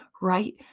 right